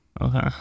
Okay